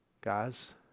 Guys